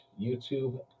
YouTube